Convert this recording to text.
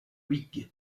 whig